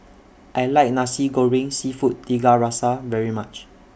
I like Nasi Goreng Seafood Tiga Rasa very much